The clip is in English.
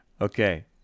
Okay